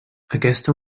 aquesta